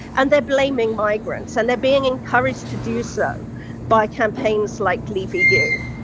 and they're blaming migrants, and they're being encouraged to do so by campaigns like leave. eu.